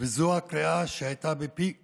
וזו הקריאה שהייתה בפי כולם.